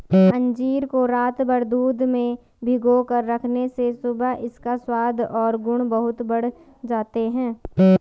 अंजीर को रातभर दूध में भिगोकर रखने से सुबह इसका स्वाद और गुण बहुत बढ़ जाते हैं